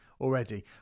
already